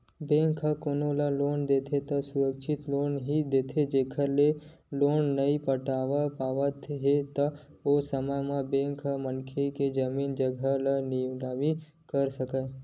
bank ह कोनो ल लोन देथे त सुरक्छित लोन ही देथे जेखर ले लोन नइ पटा पावत हे त ओ समे बेंक मनखे के जमीन जघा के निलामी कर सकय